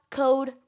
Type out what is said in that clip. code